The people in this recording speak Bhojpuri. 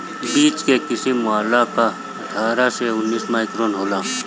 बीच के किसिम वाला कअ अट्ठारह से उन्नीस माइक्रोन होला